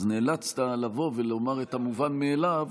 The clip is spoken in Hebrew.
אז נאלצת לבוא ולומר את המובן מאליו,